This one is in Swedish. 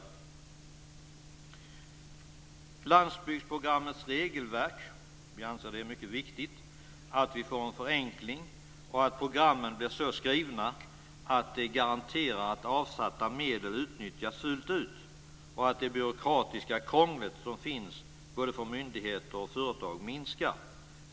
Vad gäller landsbygdsprogrammets regelverk anser vi att det är mycket viktigt att det blir en förenkling, att programmen blir skrivna så att de garanterar att avsatta medel utnyttjas fullt ut och att det byråkratiska krångel som finns både för myndigheter och företag minskar.